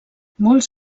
molts